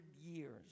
years